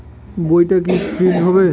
বইটা কি প্রিন্ট হবে?